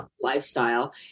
lifestyle